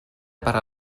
per